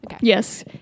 Yes